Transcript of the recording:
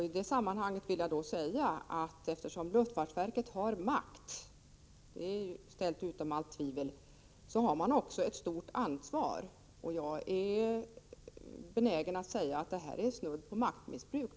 I det sammanhanget vill jag säga att eftersom luftfartsverket har makt — det är ställt utom allt tvivel — har man också ett stort ansvar, och jag är benägen att hävda att det som förekommit är snudd på maktmissbruk.